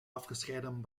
afgescheiden